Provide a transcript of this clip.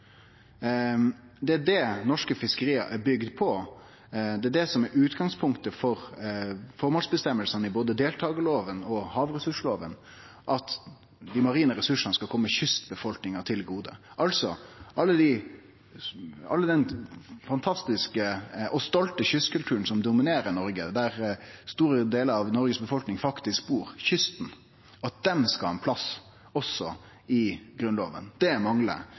Det er det norske fiskeri er bygde på. Det er det som er utgangspunktet for føresegnene i både deltakarloven og havressursloven, at dei marine ressursane skal kome kystbefolkninga til gode. Heile den fantastiske og stolte kystkulturen som dominerer Noreg, kysten – der store delar av Noregs befolkning faktisk bur – skal ha ein plass også i Grunnloven. Det manglar